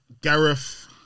Gareth